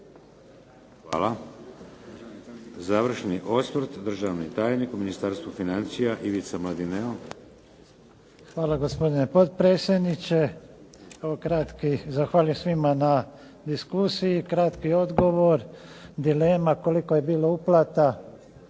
Hvala. Završni osvrt, državni tajnik u Ministarstvu financija, Ivica Mladineo. **Mladineo, Ivica** Hvala gospodine potpredsjedniče. Evo ja bih kratko zahvalio svima na diskusiji, kratki odgovor. Dilema koliko je bilo uplata.